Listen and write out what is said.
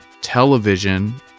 television